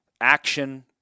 action